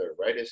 right